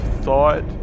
thought